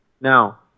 Now